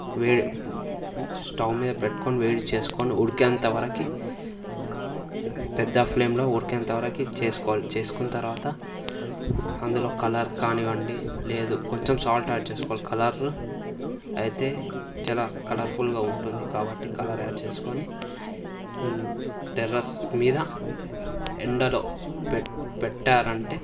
వేడి స్టవ్ మీద పెట్టుకొని వేడి చేసుకొని ఉడికేంత వరకు పెద్ద ఫ్లేమ్లో ఉడికేంత వరకు చేసుకోవాలి చేసుకున్న తర్వాత అందులో కలర్ కానివ్వండి లేదు కొంచెం సాల్ట్ యాడ్ చేసుకోవాలి కలర్ అయితే చాలా కలర్ఫుల్గా ఉంటుంది కాబట్టి కలర్ యాడ్ చేసుకుని టెర్రస్ మీద ఎండలో పె పెట్టారంటే